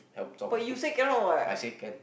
but you say cannot what